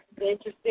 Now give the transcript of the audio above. interesting